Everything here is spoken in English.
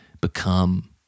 become